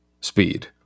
speed